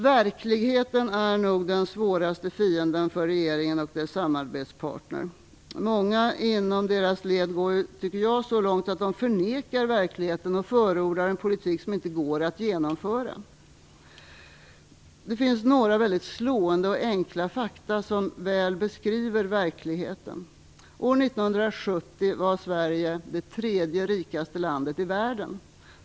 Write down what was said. Verkligheten är nog den svåraste fienden för regeringen och dess samarbetspartner. Jag tycker att många inom deras led går så långt att de förnekar verkligheten och förordar en politik som inte går att genomföra. Det finns några väldigt slående och enkla fakta som mycket väl beskriver verkligheten. År 1970 var Sverige det tredje rikaste landet i världen.